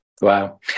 Wow